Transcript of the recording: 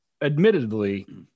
admittedly